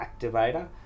Activator